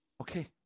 okay